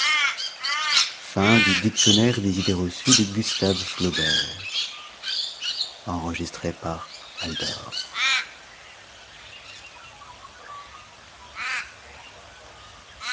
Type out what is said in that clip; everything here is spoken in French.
gutenberg's dictionnaire des idées reçues by gustave